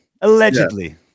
allegedly